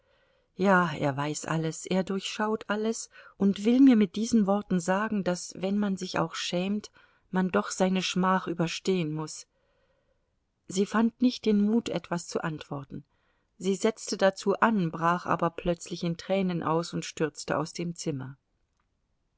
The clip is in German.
ja er weiß alles er durchschaut alles und will mir mit diesen worten sagen daß wenn man sich auch schämt man doch seine schmach überstehen muß sie fand nicht den mut etwas zu antworten sie setzte dazu an brach aber plötzlich in tränen aus und stürzte aus dem zimmer